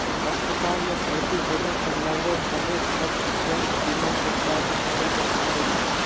अस्पताल मे भर्ती होबे पर लगभग सभे खर्च स्वास्थ्य बीमा के तहत उठावल जा सको हय